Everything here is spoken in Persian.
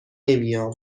نمیام